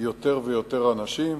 יותר ויותר אנשים.